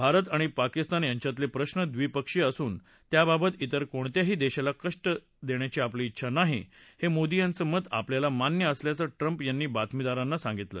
भारत आणि पाकिस्तान यांच्यातले प्रश्न द्विपक्षीय असून त्याबाबत विर कोणत्याही देशाला कष्ट देण्याची आपली विंडा नाही हे मोदी यांचं मत आपल्याना मान्य असल्याचं ट्रम्प यांनी बातमीदारांना सांगितलं